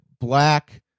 black